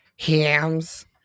Hams